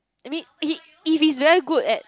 I mean he if he's very good at